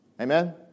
Amen